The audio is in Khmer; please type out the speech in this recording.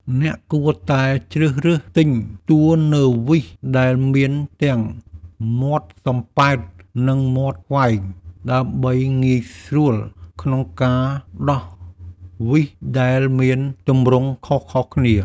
អ្នកគួរតែជ្រើសរើសទិញទួណឺវីសដែលមានទាំងមាត់សំប៉ែត និងមាត់ខ្វែង ដើម្បីងាយស្រួលក្នុងការដោះវីសដែលមានទម្រង់ខុសៗគ្នា។